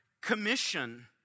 Commission